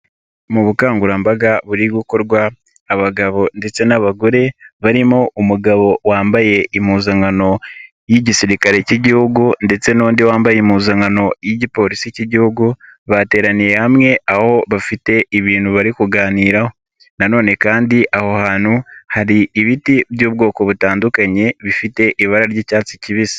Mu bukangurambaga buri gukorwa abagabo ndetse n'abagore barimo umugabo wambaye impuzankano y'Igisirikare cy'Igihugu ndetse n'undi wambaye impuzankano y'Igipolisi cy'igihugu bateraniye hamwe aho bafite ibintu bari kuganiraho, nanone kandi aho hantu hari ibiti by'ubwoko butandukanye bifite ibara ry'icyatsi kibisi.